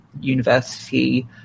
university